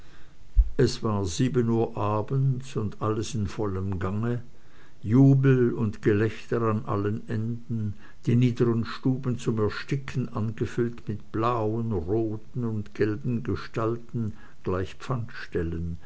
es war sieben uhr abends und alles in vollem gange jubel und gelächter an allen enden die niedern stuben zum ersticken angefüllt mit blauen roten und gelben gestalten